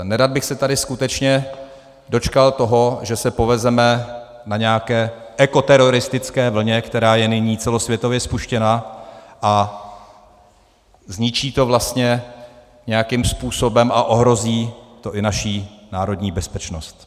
Nerad bych se tady skutečně dočkal toho, že se povezeme na nějaké ekoteroristické vlně, která je nyní celosvětově spuštěna, a zničí to vlastně nějakým způsobem a ohrozí to i naši národní bezpečnost.